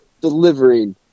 delivering